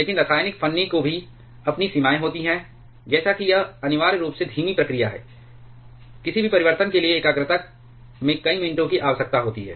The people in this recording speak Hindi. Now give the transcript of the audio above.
लेकिन रासायनिक फन्नी की भी अपनी सीमाएं होती हैं जैसे कि यह अनिवार्य रूप से धीमी प्रक्रिया है किसी भी परिवर्तन के लिए एकाग्रता में कई मिनटों की आवश्यकता होती है